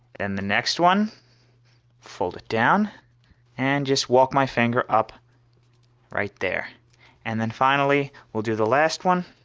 then the next one fold it down and just walk my finger up right there and then finally we'll do the last one.